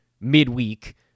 midweek